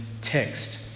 text